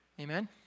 Amen